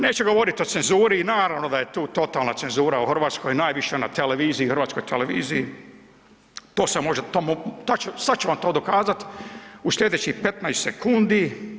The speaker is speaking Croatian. Neću govorit o cenzuri i naravno da je tu totalna cenzura u Hrvatskoj, najviše na televiziji, hrvatskoj televiziji to se može, sad ću vam to dokazati u slijedećih 15 sekundi.